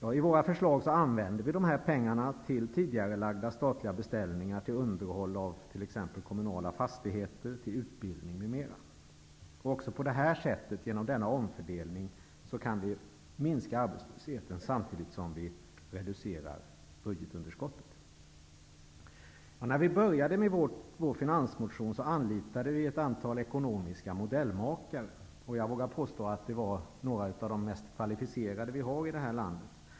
Enligt våra förslag vill vi använda pengarna till tidigarelagda statliga beställningar, till underhåll av t.ex. kommunala fastigheter, till utbildning m.m. Genom denna omfördelning kan vi minska arbetslösheten samtidigt som vi reducerar budgetunderskottet. När vi började arbetet med vår finansmotion anlitade vi ett antal ekonomiska modellmakare. Jag vågar påstå att det handlar om de mest kvalificerade i det här landet.